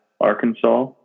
Arkansas